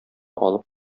алып